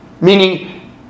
Meaning